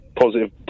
positive